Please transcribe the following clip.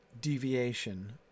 deviation